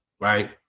right